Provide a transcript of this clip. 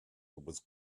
was